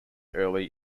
early